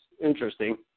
interesting